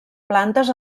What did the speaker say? plantes